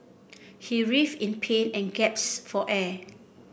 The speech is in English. he writhed in pain and for air